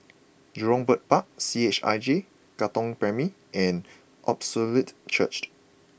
Jurong Bird Park C H I J Katong Primary and Apostolic Churched